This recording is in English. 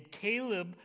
Caleb